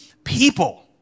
people